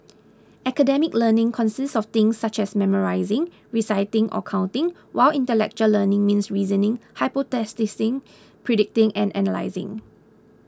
academic learning consists of things such as memorising reciting or counting while intellectual learning means reasoning hypothesising predicting and analysing